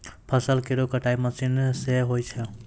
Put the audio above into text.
फसल केरो कटाई मसीन सें होय छै